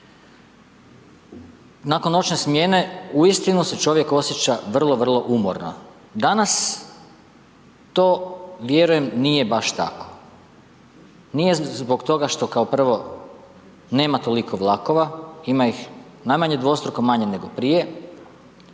Nakon noćne smjene uistinu se čovjek osjeća vrlo vrlo umorno. Danas to, vjerujem nije baš tako. Nije zbog toga što kao prvo nema toliko vlakova, ima ih najmanje dvostruko manje nego prije,